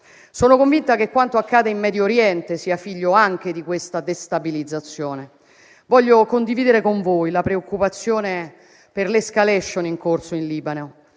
Sono convinta che quanto accade in Medio Oriente sia figlio anche di questa destabilizzazione. Voglio condividere con voi la preoccupazione per l'*escalation* in corso in Libano,